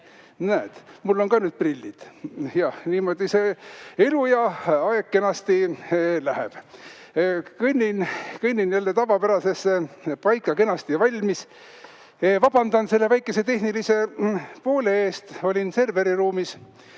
Näed, mul on ka nüüd prillid. Niimoodi see elu ja aeg kenasti läheb. Kõnnin jälle tavapärasesse paika, kenasti valmis. Vabandan selle väikese tehnilise poole pärast, olin serveriruumis.